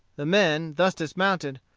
the men, thus dismounted,